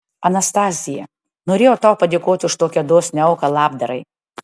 anastazija norėjau tau padėkoti už tokią dosnią auką labdarai